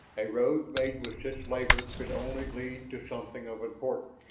a road made with such labor could only lead to something of importance.